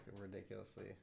ridiculously